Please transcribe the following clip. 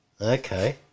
Okay